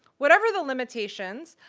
whatever the limitations,